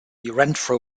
renfrew